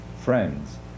friends